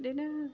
बिदिनो